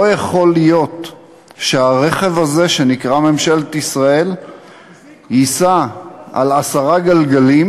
לא יכול להיות שהרכב הזה שנקרא ממשלת ישראל ייסע על עשרה גלגלים,